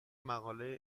مقاله